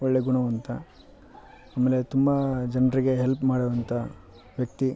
ಒಳ್ಳೆ ಗುಣವಂತ ಆಮೇಲೆ ತುಂಬ ಜನರಿಗೆ ಹೆಲ್ಪ್ ಮಾಡುವಂಥ ವ್ಯಕ್ತಿ